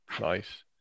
Nice